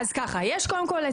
קודם כול,